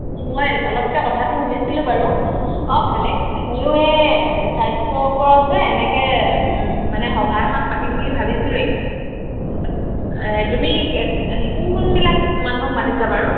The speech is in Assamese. মই অলপকৈ কথাটো শুনিছিলোঁ বাৰু অঁ ভালেই ময়ো সেই স্বাস্থ্যৰ ওপৰত যে এনেকৈ মানে সভা এখন পাতিম বুলি ভাবিছিলোয়েই তুমি কোন কোনবিলাক মানুহক মাতিছা বাৰু